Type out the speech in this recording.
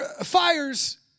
Fires